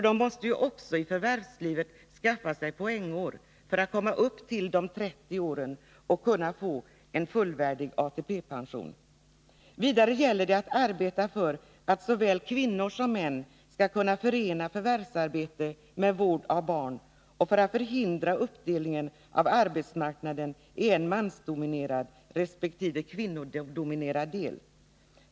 De måste ju i förvärvslivet skaffa sig poängår för att komma upp i de 30 åren och få en fullvärdig ATP-pension. Vidare gäller det att arbeta för att såväl kvinnor som män skall kunna förena förvärvsarbete med vård av barn och för att förhindra uppdelningen av arbetsmarknaden i en mansdominerad resp. kvinnodominerad del.